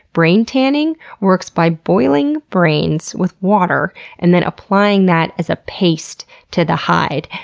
brain tanning works by boiling brains with water and then applying that as a paste to the hide.